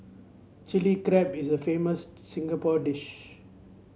Chilli Crab is a famous Singapore dish